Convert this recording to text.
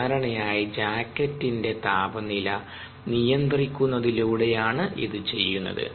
സാധാരണയായി ജാക്കറ്റിന്റെ താപനില നിയന്ത്രിക്കുന്നതിലൂടെയാണ് ഇത് ചെയ്യുന്നത്